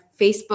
Facebook